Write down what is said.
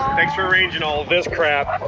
thanks for arranging all of this crap,